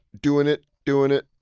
doin' it, doin' it,